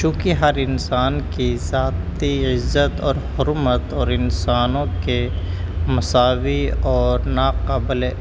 چونکہ ہر انسان کی ذاتی غزت اور حرمت اور انسانوں کے مساوی اور ناقابل